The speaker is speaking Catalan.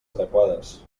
adequades